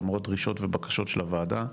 למרות דרישות ובקשות של הוועדה,